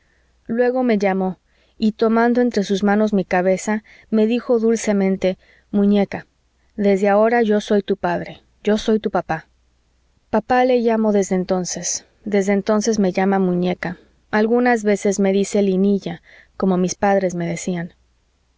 luego me llamó y tomando entre sus manos mi cabeza me dijo dulcemente muñeca desde ahora yo soy tu padre yo soy tu papá papá le llamo desde entonces desde entonces me llama muñeca algunas veces me dice linilla como mis padres me decían